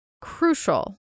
crucial